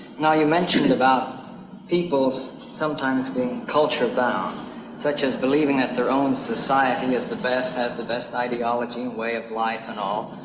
now you mentioned about people sometimes being culture-bound such as believing that their own society is the best, has the best ideology and way of life and all,